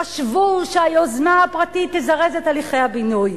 חשבו שהיוזמה הפרטית תזרז את הליכי הבינוי.